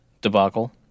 debacle